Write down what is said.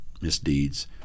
misdeeds